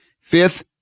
Fifth